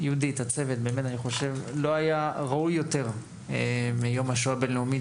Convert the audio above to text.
באמת אני חושב שלא היה ראוי יותר מיום השואה הבינלאומי